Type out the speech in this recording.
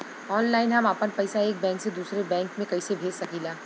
Online हम आपन पैसा एक बैंक से दूसरे बैंक में कईसे भेज सकीला?